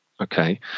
Okay